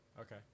okay